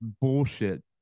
bullshit